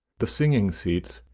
the singing-seats,